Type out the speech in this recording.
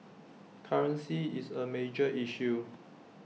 currency is A major issue